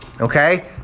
Okay